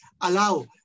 allow